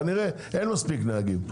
כנראה אין מספיק נהגים.